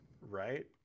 Right